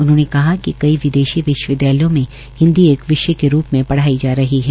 उन्होंने कहा कि कई विदेशी विश्वविद्यालयों में हिन्दी एक विषय के रूप में पढ़ाई जा रही है